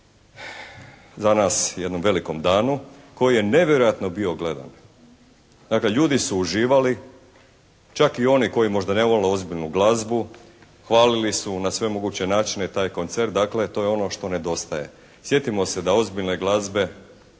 za nas jednom velikom danu koji je nevjerojatno bio gledan. Dakle ljudi su uživali, čak i oni koji možda ne vole ozbiljnu glazbu. Hvalili su na sve moguće načine taj koncert. Dakle to je ono što nedostaje. Sjetimo se da ozbiljne glazbe